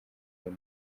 eng